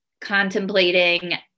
contemplating